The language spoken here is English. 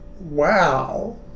wow